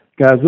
guys